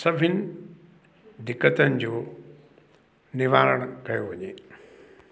सभिनि दिक़तनि जो निवारणु कयो वञे